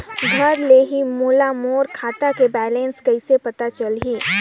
घर ले ही मोला मोर खाता के बैलेंस कइसे पता चलही?